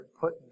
put